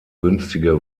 günstige